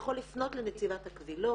יכול לפנות לנציבת הקבילות,